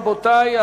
רבותי,